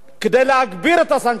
כדי להגביר את הסנקציות,